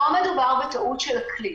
לא מדובר בטעות של הכלי.